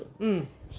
mm